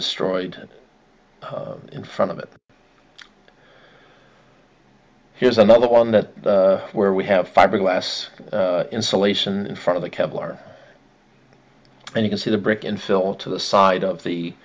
destroyed in front of it here's another one that where we have fiberglass insulation in front of the kevlar and you can see the brick in fill to the side of the